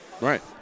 Right